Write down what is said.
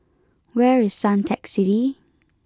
where is Suntec City